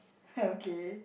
okay